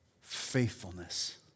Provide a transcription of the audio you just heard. faithfulness